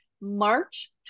March